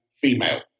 female